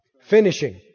Finishing